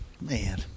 Man